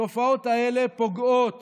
התופעות האלה פוגעות